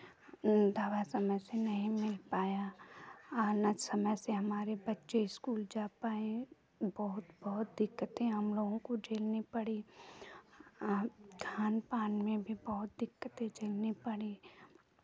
दवा समय से नहीं मिल पाया और ना समय से हमारे बच्चे स्कूल जा पाए बहुत बहुत दिक्कतें हम लोगों को झेलनी पड़ी खान पान में भी बहुत दिक्कतें झेलनी पड़ी